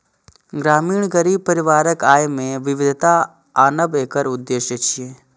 ग्रामीण गरीब परिवारक आय मे विविधता आनब एकर उद्देश्य छियै